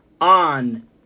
on